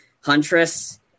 Huntress